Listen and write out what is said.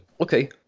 Okay